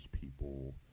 people